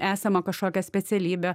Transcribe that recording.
esamą kažkokią specialybę